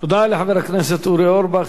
תודה לחבר הכנסת אורי אורבך.